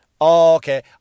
Okay